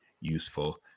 useful